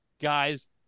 Guys